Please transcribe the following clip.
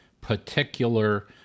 particular